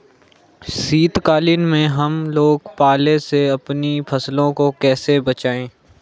शीतकालीन में हम लोग पाले से अपनी फसलों को कैसे बचाएं?